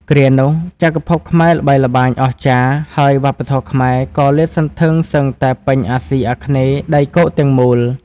គ្រានោះ ចក្រភពខ្មែរល្បីល្បាញអស្ចារ្យ ហើយវប្បធម៌ខ្មែរក៏លាតសន្ធឹងសឹងតែពេញអាស៊ីអាគ្នេយ៍ដីគោកទាំងមូល។